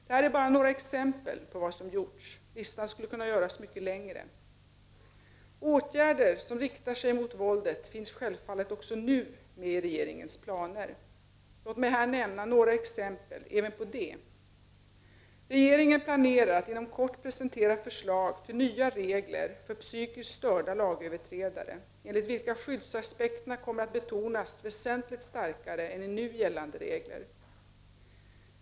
Det här är bara några exempel på vad som gjorts. Listan skulle kunna göras mycket längre. Åtgärder som riktar sig mot våldet finns självfallet också nu med i regeringens planer. Låt mig här nämna några exempel. Regeringen planerar att inom kort presentera förslag till nya regler för psykiskt störda lagöverträdare enligt vilka skyddsaspekterna kommer att betonas väsentligt starkare än i nu gällande regler.